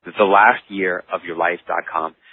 thelastyearofyourlife.com